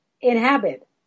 inhabit